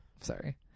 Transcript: Sorry